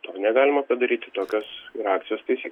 to negalima padaryti tokios akcijos taisykl